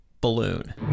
Balloon